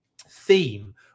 theme